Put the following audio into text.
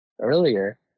earlier